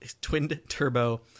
twin-turbo